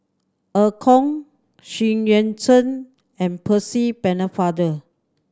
Eu Kong Xu Yuan Zhen and Percy Pennefather